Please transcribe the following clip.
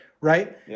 Right